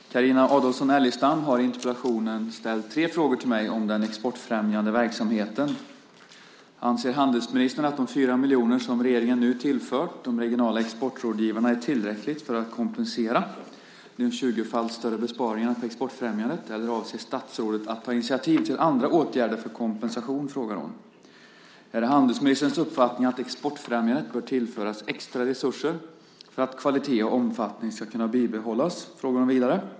Fru talman! Carina Adolfsson Elgestam har i interpellationen ställt tre frågor till mig om den exportfrämjande verksamheten: Anser handelsministern att de 4 miljoner som regeringen nu tillfört de regionala exportrådgivarna är tillräckligt för att kompensera de tjugofalt större besparingarna på exportfrämjandet, eller avser statsrådet att ta initiativ till andra åtgärder för kompensation? Är det handelsministerns uppfattning att exportfrämjandet bör tillföras extra resurser för att kvalitet och omfattning ska kunna bibehållas?